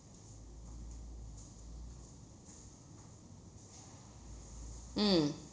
mm